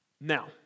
Now